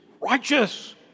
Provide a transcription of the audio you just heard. righteous